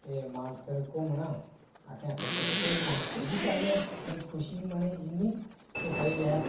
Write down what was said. ते मानसर घूमनाअसें आखेआ चलो भाई मानसर बी चलने आं खुशी मने गी इन्नी के भाई ऐ